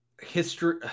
history